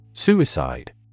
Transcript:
Suicide